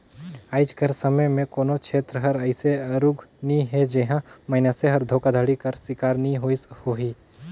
आएज कर समे में कोनो छेत्र हर अइसे आरूग नी हे जिहां मइनसे हर धोखाघड़ी कर सिकार नी होइस होही